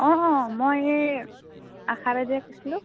অঁ অঁ মই এই আশা বাইদেৱে কৈছিলোঁ